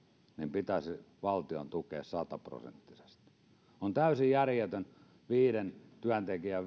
pitäisi valtion tukea sataprosenttisesti on täysin järjetöntä että viiden työntekijän